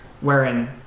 wherein